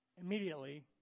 Immediately